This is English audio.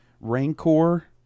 Rancor